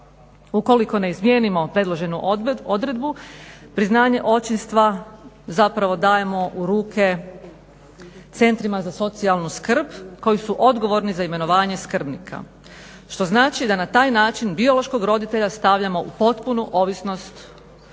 Ukoliko ne izmijenimo predloženu odredbu priznanje očinstva zapravo dajemo u ruke centrima za socijalnu skrb koji su odgovorni za imenovanje skrbnika, što znači da na taj način biološkog roditelja stavljamo u potpunu ovisnost o njihovim